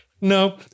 no